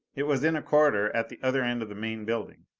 it was in a corridor at the other end of the main building.